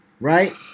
right